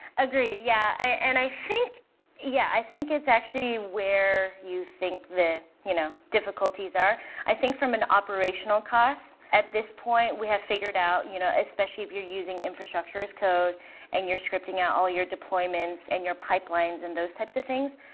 agreed, yeah. and i think yeah i think it's actually where you think the you know difficulties are. i think from an operational cost, at this point, we have figured out, you know especially if you're using infrastructure as code and you're scripting out all your deployments and your pipelines and those types of things,